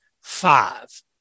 five